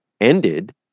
ended